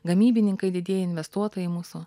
gamybininkai didieji investuotojai mūsų